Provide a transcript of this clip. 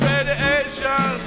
Radiation